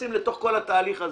נכנסים לתוך כל התהליך הזה,